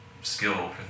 skill